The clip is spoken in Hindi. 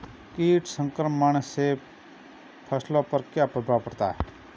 कीट संक्रमण से फसलों पर क्या प्रभाव पड़ता है?